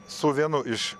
su vienu iš